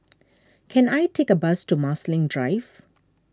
can I take a bus to Marsiling Drive